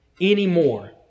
anymore